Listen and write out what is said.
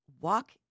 walk